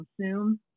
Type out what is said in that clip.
consume